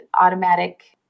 automatic